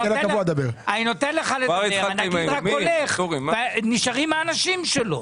הנגיד הולך, נשארים האנשים שלו.